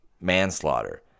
manslaughter